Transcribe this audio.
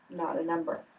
not a number.